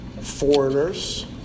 foreigners